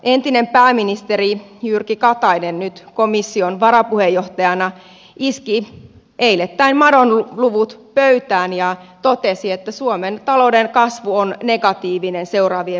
entinen pääministeri jyrki katainen nyt komission varapuheenjohtajana iski eilettäin madonluvut pöytään ja totesi että suomen talouden kasvu on negatiivinen seuraavien vuosienkin aikana